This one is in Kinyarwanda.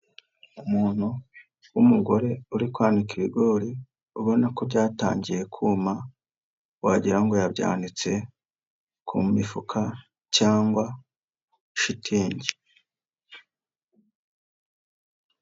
Umuntu w'umugore uri kwanika ibigori ubona ko byatangiye kuma wagira ngo yabyanitse ku mifuka cyangwa shitingi.